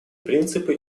принципы